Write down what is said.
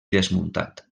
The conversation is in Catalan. desmuntat